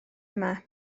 yma